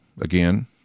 Again